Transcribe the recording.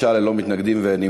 בעד, 35, ללא מתנגדים ונמנעים.